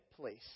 place